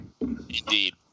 Indeed